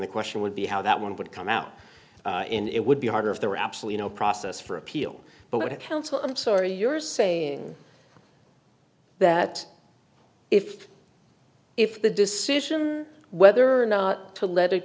the question would be how that one would come out and it would be harder if there were absolutely no process for appeal but it counsel i'm sorry you're saying that if if the decision whether or not to let it